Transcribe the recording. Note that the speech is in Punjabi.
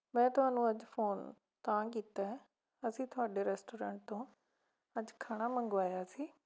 ਮੈਂ ਤੁਹਾਨੂੰ ਅੱਜ ਫ਼ੋਨ ਤਾਂ ਕੀਤਾ ਹੈ ਅਸੀਂ ਤੁਹਾਡੇ ਰੈਸਟੋਰੈਂਟ ਤੋਂ ਅੱਜ ਖਾਣਾ ਮੰਗਵਾਇਆ ਸੀ